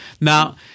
Now